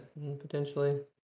Potentially